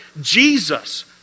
Jesus